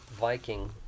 Viking